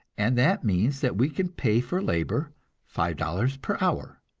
and that means that we can pay for labor five dollars per hour,